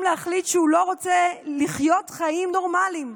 להחליט שהוא לא רוצה לחיות חיים נורמליים.